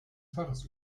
pfarrers